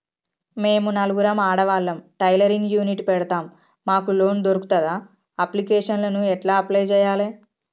మేము నలుగురం ఆడవాళ్ళం టైలరింగ్ యూనిట్ పెడతం మాకు లోన్ దొర్కుతదా? అప్లికేషన్లను ఎట్ల అప్లయ్ చేయాలే?